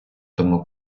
тому